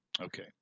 Okay